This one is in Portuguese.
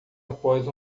após